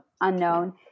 unknown